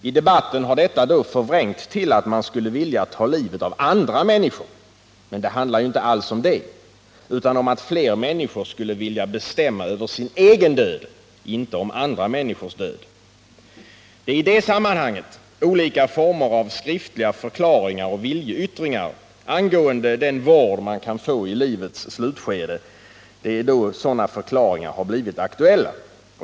I debatten har detta förvrängts till att man skulle vilja ta livet av andra människor. Men det handlar ju inte alls om det utan om att fler människor skulle vilja bestämma över sin egen död, inte över andra människors död. Det är i det sammanhanget som olika former av skriftliga förklaringar och viljeyttringar angående den vård man kan få i livets slutskede har blivit aktuella.